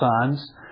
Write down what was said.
sons